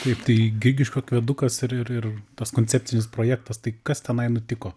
taip tai grigiškių akvedukas ir ir ir tas koncepcinis projektas tai kas tenai nutiko